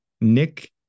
Nick